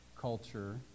culture